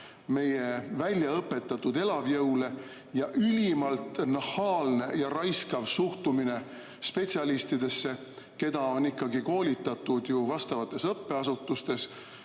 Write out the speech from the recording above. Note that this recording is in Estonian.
meie väljaõpetatud elavjõule ning ülimalt nahaalne ja raiskav suhtumine spetsialistidesse, keda on koolitatud vastavates õppeasutustes,